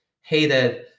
hated